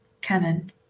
canon